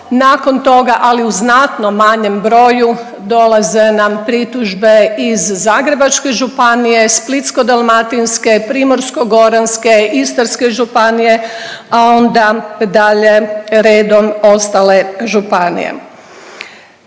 nakon toga, ali u znatno manjem broju dolaze nam pritužbe iz Zagrebačke županije, Splitsko-dalmatinske, Primorsko-goranske, Istarske županije, a onda dalje redom ostale županije.